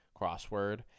crossword